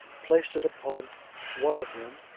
placed it upon one of them,